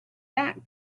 back